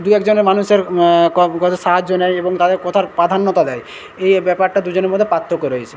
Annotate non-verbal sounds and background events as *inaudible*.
দু এক জনের মানুষের ক *unintelligible* সাহায্য নেয় এবং তাদের কথার প্রাধান্যতা দেয় এই ব্যাপারটা দু জনের মধ্যে পার্থক্য রয়েছে